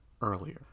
earlier